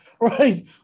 Right